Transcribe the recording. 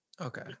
Okay